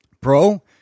Bro